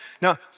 Now